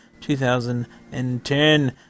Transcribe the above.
2010